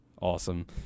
Awesome